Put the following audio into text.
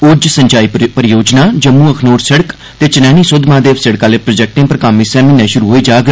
उज्झ सिंचाई प्रोजेक्ट जम्मू अखनूर सिड़क ते चनैनी सुद्धमहादेव सिड़क आह्ले प्रोजेक्टें पर कम्म इस्सै म्हीने श्रु होई जाग